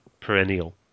perennial